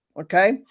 Okay